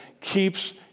keeps